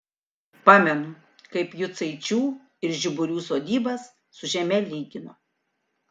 pamenu kaip jucaičių ir žiburių sodybas su žeme lygino